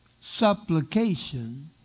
Supplication